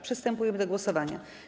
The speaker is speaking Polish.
Przystępujemy do głosowania.